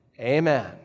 amen